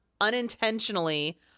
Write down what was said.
unintentionally